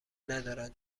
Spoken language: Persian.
ندارن